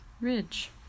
Ridge